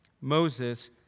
Moses